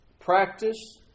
Practice